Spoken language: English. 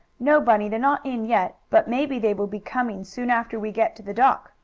no, bunny, they're not in yet, but maybe they will be coming soon after we get to the dock,